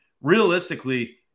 realistically